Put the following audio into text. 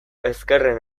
ezkerren